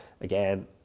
again